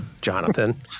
Jonathan